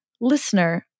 Listener